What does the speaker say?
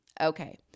Okay